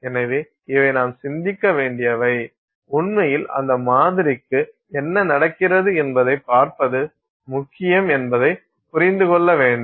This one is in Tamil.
எனவே இவை நாம் சிந்திக்க வேண்டியவை உண்மையில் அந்த மாதிரிக்கு என்ன நடக்கிறது என்பதைப் பார்ப்பது முக்கியம் என்பதை புரிந்து கொள்ள வேண்டும்